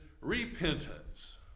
repentance